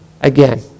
again